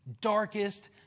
darkest